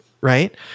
right